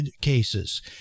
cases